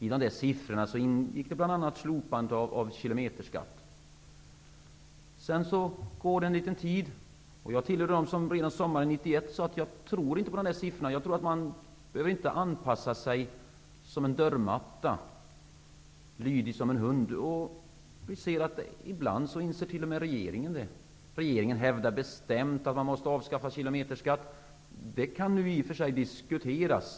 I de siffrorna ingick bl.a. slopande av kilometerskatten. Sedan går det en liten tid. Jag tillhör dem som redan sommaren 1991 sade att vi inte tror på de där siffrorna. Jag tror att man inte behöver anpassa sig som en dörrmatta eller lydigt som en hund. Ibland inser t.o.m. regeringen det. Regeringen hävdar bestämt att kilometerskatten måste avskaffas. Det kan nu i och för sig diskuteras.